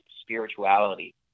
spirituality